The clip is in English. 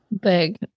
big